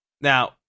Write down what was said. Now